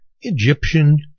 Egyptian